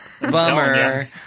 Bummer